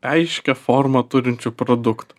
aiškią formą turinčių produktų